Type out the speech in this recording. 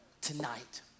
tonight